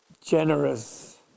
generous